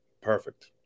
Perfect